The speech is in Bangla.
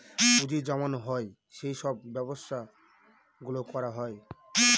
পুঁজি জমানো হয় সেই সব ব্যবসা গুলো করা হয়